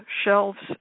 shelves